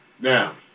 Now